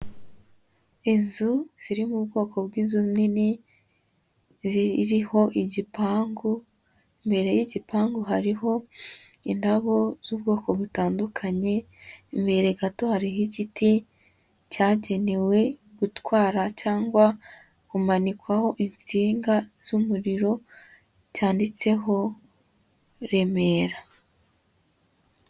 Inzu ziri mu bwoko bw'inzu nini ziriho igipangu, imbere y'igipangu hariho indabo z'ubwoko butandukanye, imbere gato hariho igiti cyagenewe gutwara cyangwa kumanikwaho insinga z'umuriro, cyanditseho Remera.